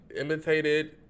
imitated